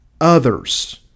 Others